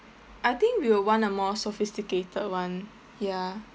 I think we will want a more sophisticated one ya